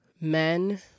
men